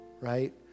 Right